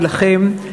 ולכם,